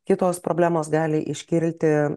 kitos problemos gali iškilti